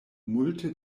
multe